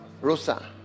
rosa